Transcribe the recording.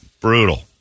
brutal